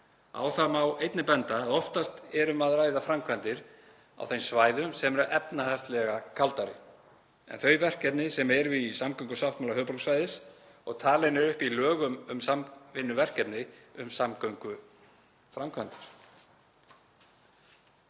Á það má einnig benda að oftast er um að ræða framkvæmdir á þeim svæðum sem eru „efnahagslega kaldari“ en þau verkefni sem eru í samgöngusáttmála höfuðborgarsvæðis og talin eru upp í lögum um samvinnuverkefni um samgönguframkvæmdir.